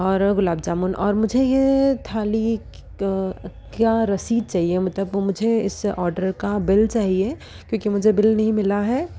और गुलाब जामुन और मुझे ये थाली क्या रसीद चहिए मतलब वो मुझे इस आर्डर का बिल चाहिए क्योंकि मुझे बिल नहीं मिला है